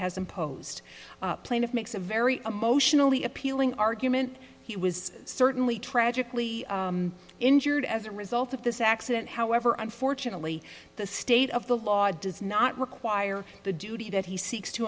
has imposed plaintiff makes a very emotionally appealing argument he was certainly tragically injured as a result of this accident however unfortunately the state of the law does not require the duty that he seeks to